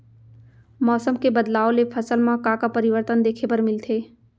मौसम के बदलाव ले फसल मा का का परिवर्तन देखे बर मिलथे?